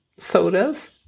sodas